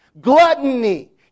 Gluttony